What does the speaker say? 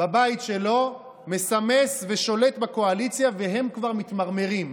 בבית שלו מסמס ושולט בקואליציה, והם כבר מתמרמרים.